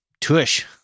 tush